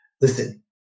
listen